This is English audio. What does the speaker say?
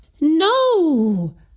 No